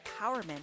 empowerment